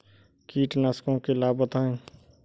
कीटनाशकों के लाभ बताएँ?